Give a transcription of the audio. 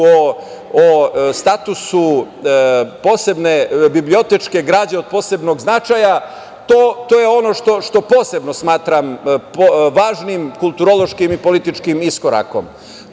o statusu posebne da bibliotečke građe od posebnog značaja, to je ono što posebno smatram važnim, kulturološkim i političkim iskorakom. Da,